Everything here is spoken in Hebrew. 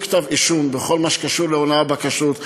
כתב-אישום בכל מה שקשור להונאה בכשרות.